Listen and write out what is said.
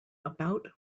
about